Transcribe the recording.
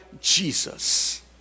Jesus